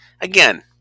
Again